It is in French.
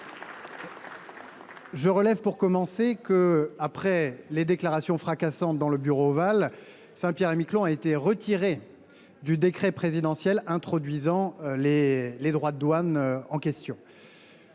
je relève que, après les déclarations fracassantes dans le Bureau ovale, Saint Pierre et Miquelon a été retiré du décret présidentiel introduisant les droits de douane que vous